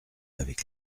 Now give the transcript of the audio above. avec